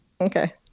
Okay